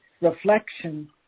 reflection